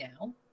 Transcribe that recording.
now